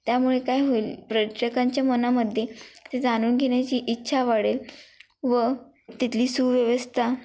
त्यामुळे काय होईल प्रत्येकाच्या मनामध्ये ते जाणून घेण्याची इच्छा वाढेल व तिथली सुव्यवस्था